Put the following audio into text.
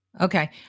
Okay